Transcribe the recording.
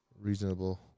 reasonable